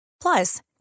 Plus